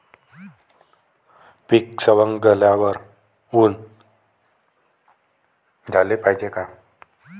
पीक सवंगल्यावर ऊन द्याले पायजे का?